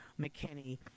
McKinney